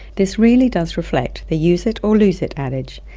this really does reflect the use it or lose it adage,